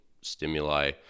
stimuli